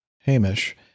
Hamish